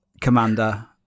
Commander